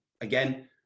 again